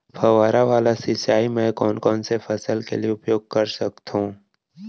फवारा वाला सिंचाई मैं कोन कोन से फसल के लिए उपयोग कर सकथो?